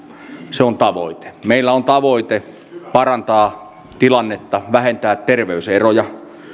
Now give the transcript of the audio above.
se on tavoite meillä on tavoite parantaa tilannetta vähentää terveyseroja